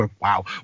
wow